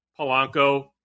Polanco